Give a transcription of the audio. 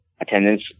Attendance